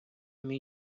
мій